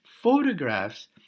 Photographs